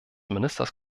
ministers